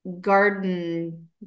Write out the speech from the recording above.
garden